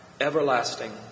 everlasting